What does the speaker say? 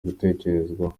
gutekerezwaho